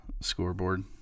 scoreboard